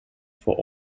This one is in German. vor